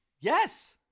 Yes